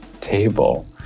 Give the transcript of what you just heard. table